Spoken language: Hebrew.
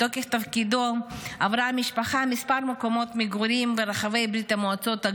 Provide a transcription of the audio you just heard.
מתוקף תפקידו עברה המשפחה כמה מקומות מגורים ברחבי ברית המועצות.